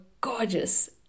gorgeous